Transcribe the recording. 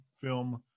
film